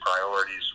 priorities